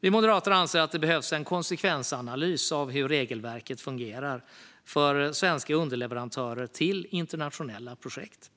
Vi moderater anser att det behövs en konsekvensanalys av hur regelverket fungerar för svenska underleverantörer till internationella projekt.